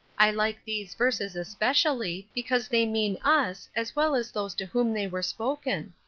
i like these verses especially, because they mean us as well as those to whom they were spoken.